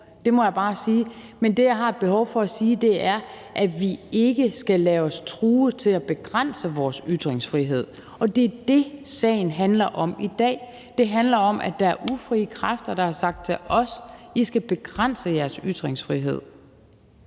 det må jeg bare sige. Men det, jeg har et behov for at sige, er, at vi ikke skal lade os true til at begrænse vores ytringsfrihed, og det er det, sagen handler om i dag. Det handler om, at der er ufrie kræfter, der har sagt til os: I skal begrænse jeres ytringsfrihed.